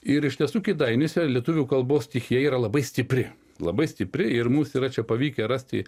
ir iš tiesų kėdainiuose lietuvių kalbos stichija yra labai stipri labai stipri ir mums yra pavykę rasti